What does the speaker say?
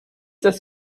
das